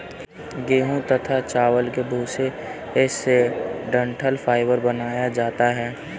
गेहूं तथा चावल के भूसे से डठंल फाइबर बनाया जाता है